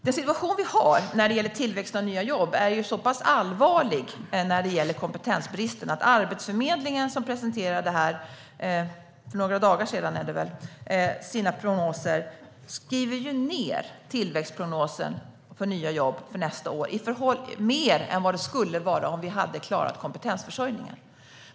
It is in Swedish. Den situation vi har när det gäller tillväxten av nya jobb är allvarlig på grund av kompetensbristen. Arbetsförmedlingen presenterade sina prognoser för några dagar sedan. Man skriver ned tillväxtprognosen för nya jobb inför nästa år mer än vad som skulle ha varit fallet om vi hade klarat kompetensförsörjningen.